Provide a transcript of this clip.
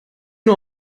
nur